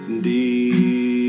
deep